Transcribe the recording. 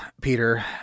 Peter